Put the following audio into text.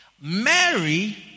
Mary